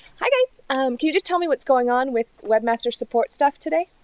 hi, guys. can you just tell me what's going on with webmaster support stuff today?